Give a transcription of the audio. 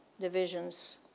divisions